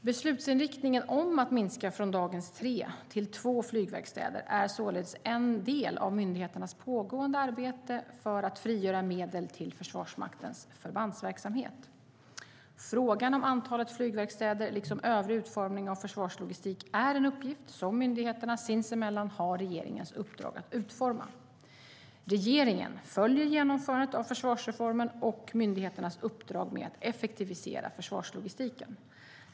Beslutsinriktningen om att minska från dagens tre till två flygverkstäder är således en del av myndigheternas pågående arbete för att frigöra medel till Försvarsmaktens förbandsverksamhet. Frågan om antalet flygverkstäder, liksom övrig utformning av försvarslogistik, är en uppgift som myndigheterna sinsemellan har regeringens uppdrag att utforma. Regeringen följer genomförandet av försvarsreformen och myndigheternas uppdrag med att effektivisera försvarslogistiken.